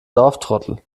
dorftrottel